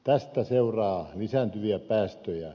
tästä seuraa lisääntyviä päästöjä